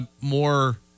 more